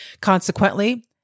Consequently